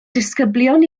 disgyblion